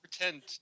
pretend